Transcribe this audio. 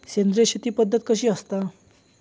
सेंद्रिय शेती पद्धत कशी असता?